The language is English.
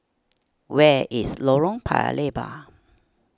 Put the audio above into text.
where is Lorong Paya Lebar